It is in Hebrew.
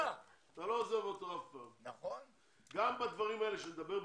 אם אפשר, שכולם ידברו